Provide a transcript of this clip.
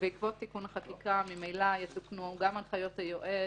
בעקבות תיקון החקיקה ממילא יתוקנו גם הנחיות היועץ